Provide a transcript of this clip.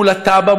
מול התב"ע,